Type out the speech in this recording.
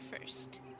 first